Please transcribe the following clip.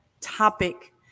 topic